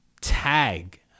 tag